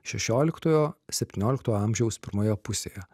šešioliktojo septyniolikto amžiaus pirmoje pusėje